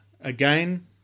again